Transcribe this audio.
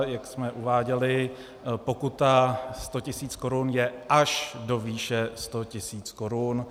Jak jsme uváděli, pokuta 100 tisíc je až do výše 100 tisíc korun.